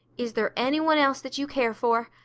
is there any one else that you care for?